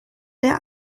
der